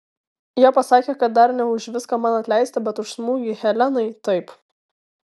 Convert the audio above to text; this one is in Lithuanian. jie pasakė kad dar ne už viską man atleista bet už smūgį helenai taip